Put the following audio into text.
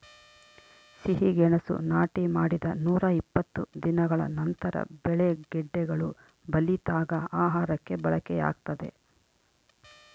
ಸಿಹಿಗೆಣಸು ನಾಟಿ ಮಾಡಿದ ನೂರಾಇಪ್ಪತ್ತು ದಿನಗಳ ನಂತರ ಬೆಳೆ ಗೆಡ್ಡೆಗಳು ಬಲಿತಾಗ ಆಹಾರಕ್ಕೆ ಬಳಕೆಯಾಗ್ತದೆ